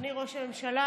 אדוני ראש הממשלה,